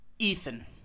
Ethan